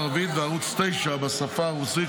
וערוץ 9 בשפה הרוסית,